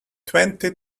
twenty